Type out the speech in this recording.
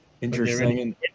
Interesting